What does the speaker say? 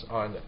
on